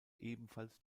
ebenfalls